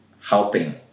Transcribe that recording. helping